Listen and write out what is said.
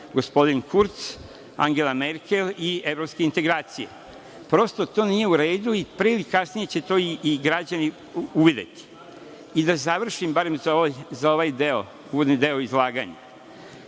gospodin Kurc, Angela Merkel i evropske integracije. Prosto to nije u redu i pre ili kasnije će to i građani uvideti. Da završim barem za ovaj deo, uvodni deo izlaganja,